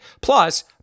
Plus